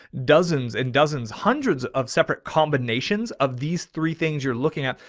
dozens and dozens, hundreds of separate combinations of these three things you're looking at.